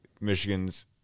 Michigan's